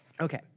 Okay